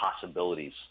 possibilities